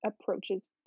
approaches